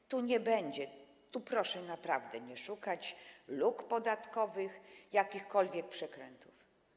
Tu tego nie będzie, tu proszę naprawdę nie szukać luk podatkowych, jakichkolwiek przekrętów.